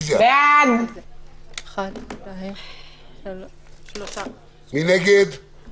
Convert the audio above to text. הסתייגות מס' 1. מי בעד הרוויזיה על הסתייגות מס' 1?